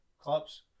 clubs